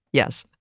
yes.